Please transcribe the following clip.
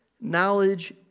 knowledge